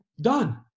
done